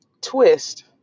twist